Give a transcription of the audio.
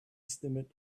estimate